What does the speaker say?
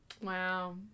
Wow